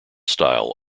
style